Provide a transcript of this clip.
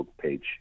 page